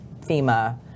FEMA